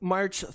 March